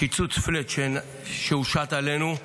הקיצוץ פלאט שהושת עלינו,